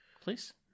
Please